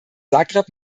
zagreb